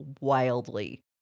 wildly